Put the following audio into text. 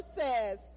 says